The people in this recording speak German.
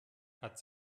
hat